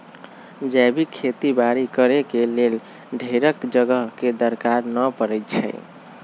जैविक खेती बाड़ी करेके लेल ढेरेक जगह के दरकार न पड़इ छइ